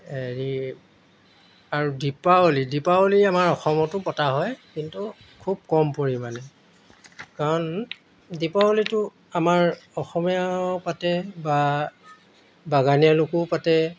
হেৰি আৰু দীপাৱলী দীপাৱলী আমাৰ অসমতো পতা হয় কিন্তু খুব কম পৰিমাণে কাৰণ দীপাৱলীটো আমাৰ অসমীয়াও পাতে বা বাগানীয়া লোকেও পাতে